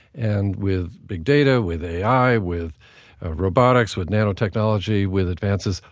and with big data, with ai, with robotics, with nanotechnology, with advances,